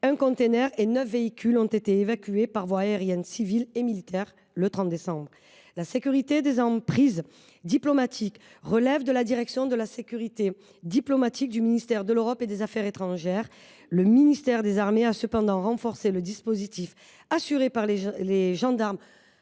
un conteneur et 9 véhicules ont été évacués par voie aérienne, civile et militaire, le 30 décembre dernier. La sécurité des emprises diplomatiques relève de la direction de la sécurité diplomatique du ministère de l’Europe et des affaires étrangères. Le ministère des armées a cependant renforcé le dispositif assuré par les gendarmes